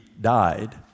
died